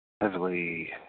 heavily